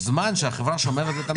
זמן שהחברה שומרת את המידע,